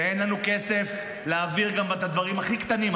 כשאין לנו כסף להעביר גם את הדברים הכי קטנים,